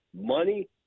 money